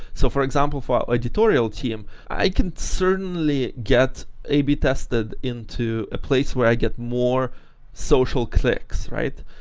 so for example, for an editorial team, i can certainly get a b tested into a place where i get more social clicks, right?